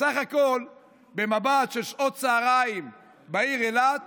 סך הכול במבט של שעות צוהריים בעיר אילת